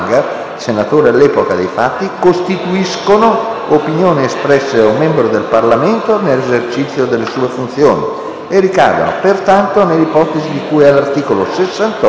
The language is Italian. senatore all'epoca dei fatti, costituiscono opinioni espresse da un membro del Parlamento nell'esercizio delle sue funzioni e ricadono pertanto nell'ipotesi di cui all'articolo 68,